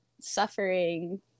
suffering